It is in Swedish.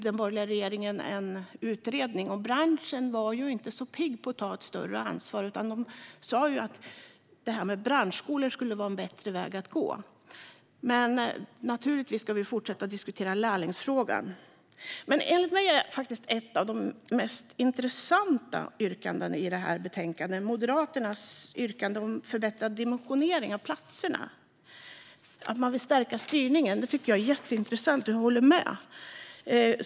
Den borgerliga regeringen tillsatte en utredning, men branschen var inte så pigg på att ta ett större ansvar utan tyckte att branschskolor skulle vara en bättre väg att gå. Men naturligtvis ska vi fortsätta att diskutera lärlingsfrågan. Enligt mig är ett av de mest intressanta yrkandena i betänkandet Moderaternas om förbättrad dimensionering av platserna. Att de vill stärka styrningen är jätteintressant, och jag håller med.